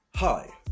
Hi